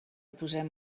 posem